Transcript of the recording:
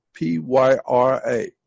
pyra